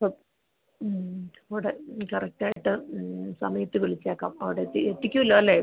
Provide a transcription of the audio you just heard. ഓ മ് അവിടെ കറക്റ്റായിട്ട് മ് സമയത്ത് വിളിച്ചേക്കാം അവിടെ എത്തി എത്തിക്കുമല്ലോ അല്ലേ